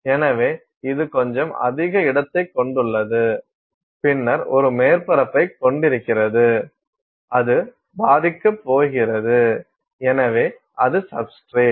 எனவே இது கொஞ்சம் அதிக இடத்தைக் கொண்டுள்ளது பின்னர் ஒரு மேற்பரப்பைக் கொண்டிருக்கிறது அது பாதிக்கப் போகிறது எனவே அது சப்ஸ்டிரேட்